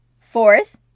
Fourth